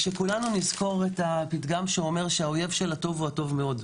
שכולנו נזכור את הפתגם שאומר שהאויב של הטוב הוא הטוב מאוד.